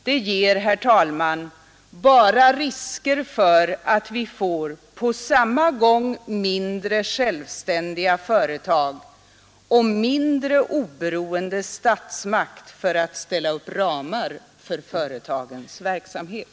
Det ger, herr talman, bara risker för att vi får på samma gång mindre självständiga företag och mindre oberoende statsmakt för att ställa upp ramar för företagens verksamhet.